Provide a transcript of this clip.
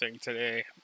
today